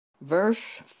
verse